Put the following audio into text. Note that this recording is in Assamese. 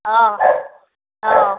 অঁ অঁ